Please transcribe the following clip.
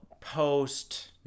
post